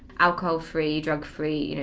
alcohol free, drug free,